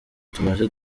tumaze